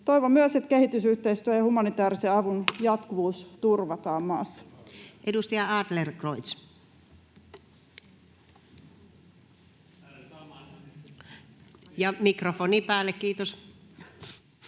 Toivon myös, että kehitysyhteistyö ja humanitäärisen avun jatkuvuus [Puhemies